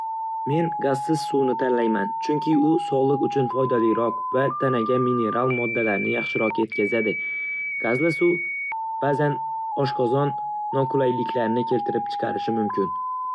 Men gazsiz suvni tanlayman, chunki u sog'liq uchun foydaliroq va tanaga mineral moddalarni yaxshiroq etkazadi. Gazli suv ba'zan oshqozon noqulayliklarini keltirib chiqarishi mumkin.